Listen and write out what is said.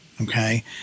okay